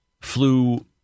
flew